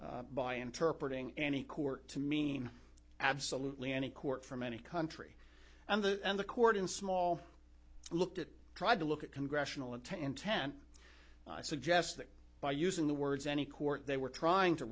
by interpret ing any court to mean absolutely any court from any country and the and the court in small looked at tried to look at congressional intent intent suggests that by using the words any court they were trying to